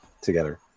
together